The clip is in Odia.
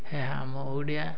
ଏ ଆମ ଓଡ଼ିଆ